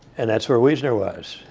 and that's where wiesner was.